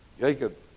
Jacob